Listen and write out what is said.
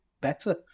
better